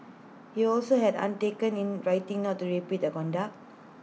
he also had undertake in writing not to repeat the conduct